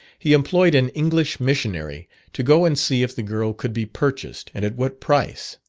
he employed an english missionary to go and see if the girl could be purchased, and at what price.